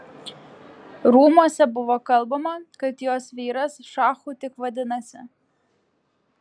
rūmuose buvo kalbama kad jos vyras šachu tik vadinasi